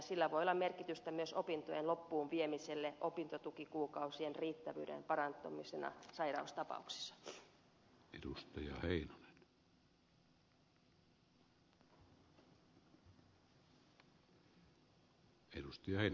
sillä voi olla merkitystä myös opintojen loppuun viemiselle opintotukikuukausien riittävyyden parantumisena sairaustapauksissa